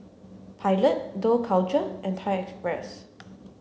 Pilot Dough Culture and Thai Express